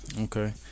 Okay